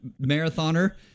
marathoner